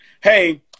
hey